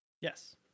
Yes